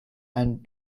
and